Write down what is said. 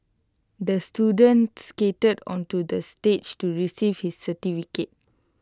the student skated onto the stage to receive his certificate